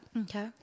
okay